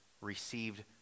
received